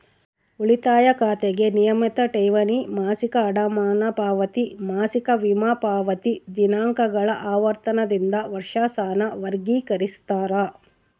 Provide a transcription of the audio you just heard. ಉಳಿತಾಯ ಖಾತೆಗೆ ನಿಯಮಿತ ಠೇವಣಿ, ಮಾಸಿಕ ಅಡಮಾನ ಪಾವತಿ, ಮಾಸಿಕ ವಿಮಾ ಪಾವತಿ ದಿನಾಂಕಗಳ ಆವರ್ತನದಿಂದ ವರ್ಷಾಸನ ವರ್ಗಿಕರಿಸ್ತಾರ